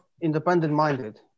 independent-minded